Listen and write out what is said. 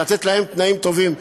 אלא לתת להם תנאים טובים,